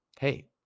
hey